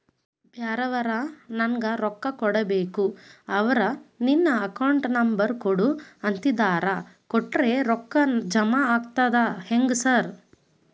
ಬ್ಯಾರೆವರು ನಂಗ್ ರೊಕ್ಕಾ ಕೊಡ್ಬೇಕು ಅವ್ರು ನಿನ್ ಅಕೌಂಟ್ ನಂಬರ್ ಕೊಡು ಅಂತಿದ್ದಾರ ಕೊಟ್ರೆ ರೊಕ್ಕ ಜಮಾ ಆಗ್ತದಾ ಹೆಂಗ್ ಸಾರ್?